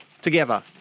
together